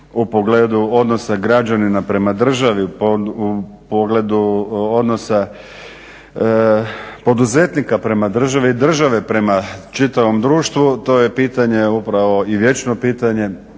u pogledu odnosa građanina prema državi u pogledu odnosa poduzetnika prema državi i države prema čitavom društvu. To je pitanje upravo i vječno pitanje